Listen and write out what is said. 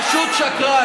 פשוט שקרן.